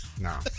No